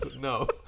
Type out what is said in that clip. No